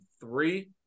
three